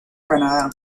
canadá